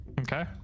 Okay